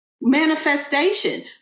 manifestation